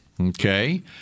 Okay